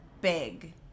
big